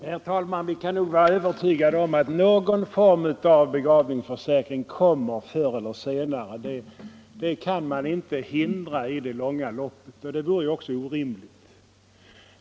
Herr talman! Vi kan nog vara övertygade om att någon form av begravningsförsäkring förr eller senare kommer att införas. Det kan man inte hindra i det långa loppet, och det vore också orimligt.